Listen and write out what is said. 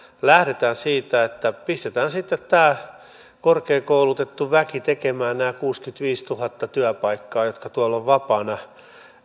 lähdetään siitä että pistetään sitten tämä korkeakoulutettu väki tekemään nämä kuusikymmentäviisituhatta työpaikkaa jotka tuolla ovat vapaina